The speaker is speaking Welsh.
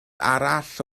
arall